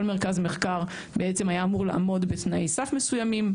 כל מרכז מחקר היה אמור לעמוד בתנאי סף מסוימים,